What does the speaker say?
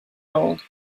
old